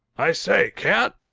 i say, cat?